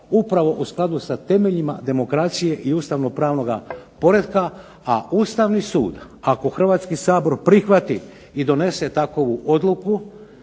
upravo u skladu sa temeljima demokracije i ustavno-pravnog poretka. A Ustavni sud ako Hrvatski sabor prihvati i donese takvu odluku